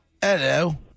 Hello